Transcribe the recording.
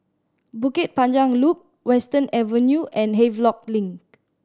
Bukit Panjang Loop Western Avenue and Havelock Link